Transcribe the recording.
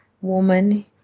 woman